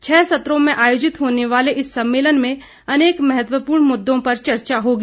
छह सत्रों में आयोजित होने वाले इस समेमलन में अनेक महत्वपूर्ण मुद्दों पर चर्चा होगी